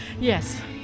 Yes